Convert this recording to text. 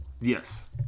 Yes